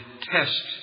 test